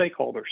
stakeholders